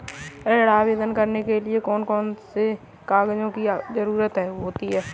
ऋण आवेदन करने के लिए कौन कौन से कागजों की जरूरत होती है?